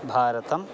भारतम्